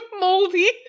moldy